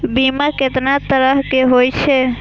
बीमा केतना तरह के हाई छै?